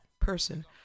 person